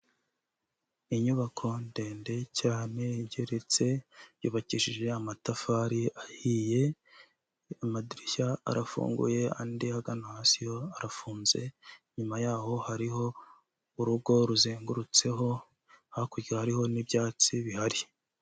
Inyubako ndende cyane igeretse yubakishije amatafari ahiye, amadirishya arafunguye andi agana hasi yo arafunze, inyuma ya ho hariho urugo ruzengurutseho hakurya hariho n'ibyatsi bihari.